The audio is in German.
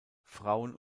frauen